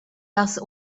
dass